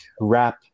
wrap